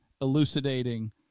elucidating